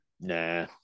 Nah